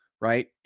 right